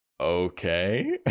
okay